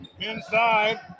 inside